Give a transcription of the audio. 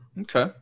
Okay